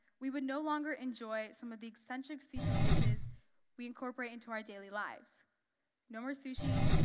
we would no longer enjoy some of the eccentric seafood dishes we incorporate into our daily lives no more sushi,